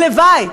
הלוואי,